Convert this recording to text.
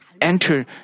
enter